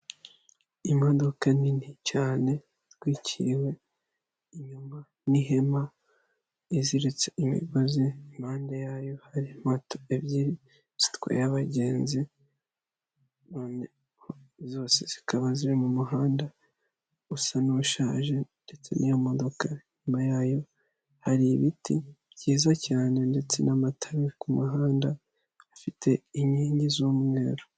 Imodoka nini cyane itwikiwe inyuma n'ihema iziritse imigozi, impande yayo hari moto ebyiri zitwaye abagenzi, zose zikaba ziri mu muhanda usa n'ushaje, ndetse n'iyo modoka inyuma yayo hari ibiti ndetse n'amatara yo ku muhanda, afite inkingi z'umweru.